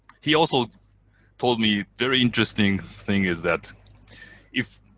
he also told me very interesting thing is that if